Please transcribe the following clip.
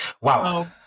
wow